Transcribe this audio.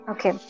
Okay